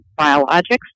biologics